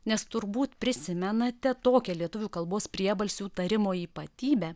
nes turbūt prisimenate tokią lietuvių kalbos priebalsių tarimo ypatybę